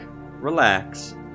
relax